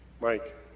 Mike